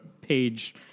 page